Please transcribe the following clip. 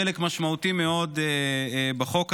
גם לו יש חלק משמעותי מאוד בחוק הזה.